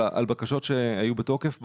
על בקשות שהיו בתוקף,